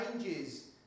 changes